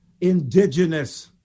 indigenous